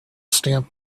stamp